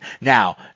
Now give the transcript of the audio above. Now